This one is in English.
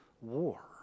war